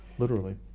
literally.